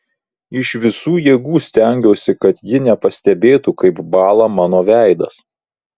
iš visų jėgų stengiausi kad ji nepastebėtų kaip bąla mano veidas